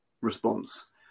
response